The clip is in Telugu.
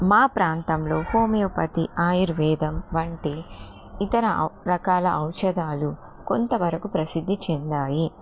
మా ప్రాంతంలో హోమియోపతి ఆయుర్వేదం వంటి ఇతర ఔ రకాల ఔషధాలు కొంతవరకు ప్రసిద్ధి చెందాయి